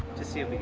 to see if